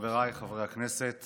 חבריי חברי הכנסת